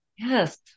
Yes